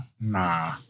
Nah